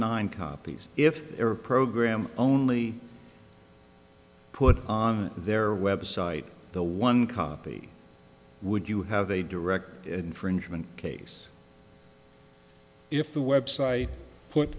nine copies if their program only put on their website the one copy would you have a direct infringement case if the website